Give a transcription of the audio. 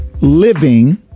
living